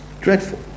Dreadful